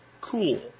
cool